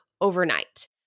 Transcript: overnight